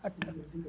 अठ